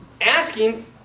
asking